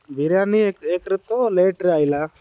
ବିରିୟାନୀ ଏକରେ ତ ଲେଟ୍ରେ ଆଇଲା